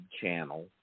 channel